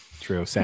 True